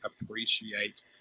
appreciate